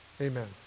Amen